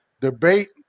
debate